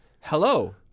Hello